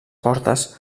portes